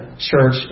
church